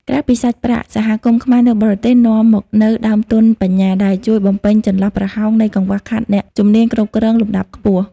ក្រៅពីសាច់ប្រាក់ សហគមន៍ខ្មែរនៅបរទេស នាំមកនូវ "ដើមទុនបញ្ញា" ដែលជួយបំពេញចន្លោះប្រហោងនៃកង្វះខាតអ្នកជំនាញគ្រប់គ្រងលំដាប់ខ្ពស់។